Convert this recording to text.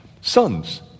sons